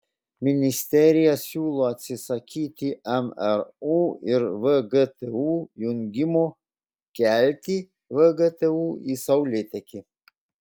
ministerija siūlo atsisakyti mru ir vgtu jungimo kelti vgtu į saulėtekį